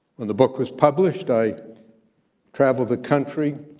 when the book was published, i traveled the country